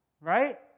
right